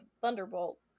thunderbolt